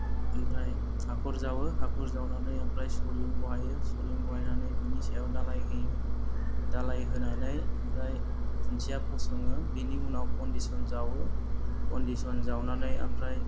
ओमफ्राय हाख'र जावो हाख'र जावनानै ओमफ्राय सलिं बहायो सलिं बहायनानै बिनि सायाव धालाय होयो धालाय होनानै ओमफ्राय खुन्थिया फस'ङो बेनि उनाव फाउन्देस'न जावो फाउन्देस'न जावनानै ओमफ्राय